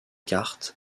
cartes